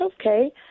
okay